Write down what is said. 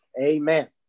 Amen